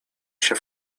się